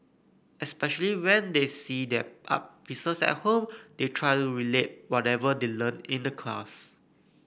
especially when they see their art pieces at home they try to relate whatever they learnt in the class